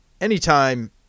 anytime